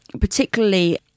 particularly